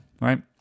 right